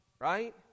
right